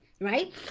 right